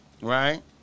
right